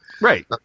right